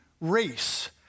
race